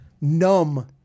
numb